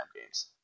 games